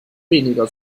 weniger